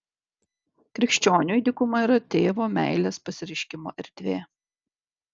krikščioniui dykuma yra tėvo meilės pasireiškimo erdvė